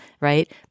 right